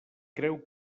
creu